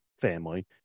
family